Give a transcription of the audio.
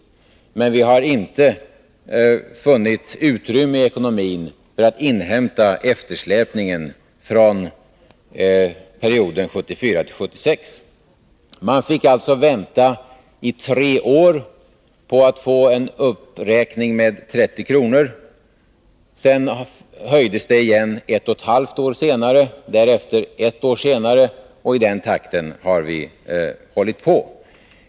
Men vi har inte funnit utrymme i ekonomin för att inhämta eftersläpningen från perioden 1974-1976. Man fick alltså vänta i tre år på att få en uppräkning med 30 kr. Sedan höjdes beloppet igen ett och ett halvt år senare, därefter ett år senare, och i den takten har vi hållit på.